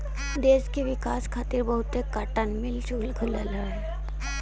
देस के विकास खातिर बहुते काटन मिल खुलल रहे